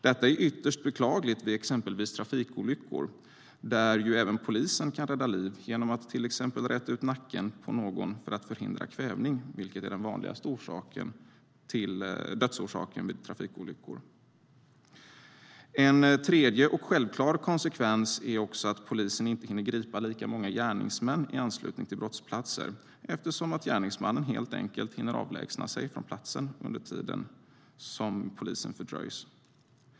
Detta är ytterst beklagligt vid exempelvis trafikolyckor där även polisen kan rädda liv genom att till exempel räta ut nacken på någon för att förhindra kvävning, vilket är den vanligaste dödsorsaken vid trafikolyckor. En tredje och självklar konsekvens är att polisen inte hinner gripa lika många gärningsmän i anslutning till brottsplatserna eftersom gärningsmännen helt enkelt hinner avlägsna sig under tiden som polisen fördröjs.